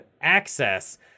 access